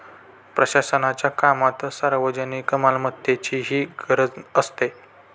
प्रशासनाच्या कामात सार्वजनिक मालमत्तेचीही गरज असते